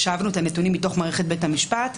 שאבנו את הנתונים מתוך מערכת בית המשפט.